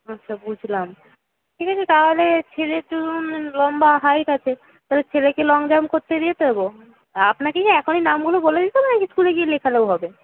আচ্ছা বুঝলাম ঠিক আছে তাহলে ছেলের যখন লম্বা হাইট আছে তাহলে ছেলেকে লঙ জাম্প করতে দিয়ে দেবো আপনাকে কি এখনই নামগুলো বলে দিতে হবে নাকি স্কুলে গিয়ে লেখালেও হবে